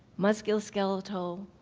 musculoskeletal,